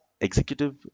Executive